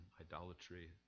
idolatry